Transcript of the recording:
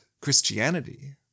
Christianity